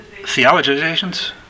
Theologizations